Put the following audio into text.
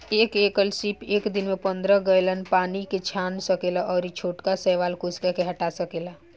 एक एकल सीप एक दिन में पंद्रह गैलन पानी के छान सकेला अउरी छोटका शैवाल कोशिका के हटा सकेला